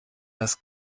das